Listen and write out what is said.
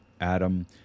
Adam